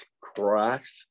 Christ